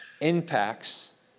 impacts